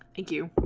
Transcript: you